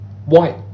white